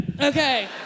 Okay